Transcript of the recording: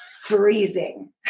freezing